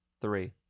three